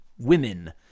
women